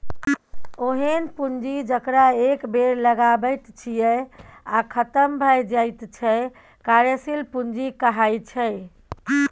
ओहेन पुंजी जकरा एक बेर लगाबैत छियै आ खतम भए जाइत छै कार्यशील पूंजी कहाइ छै